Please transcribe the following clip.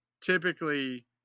typically